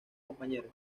compañero